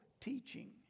teaching